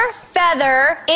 feather